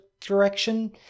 direction